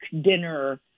dinner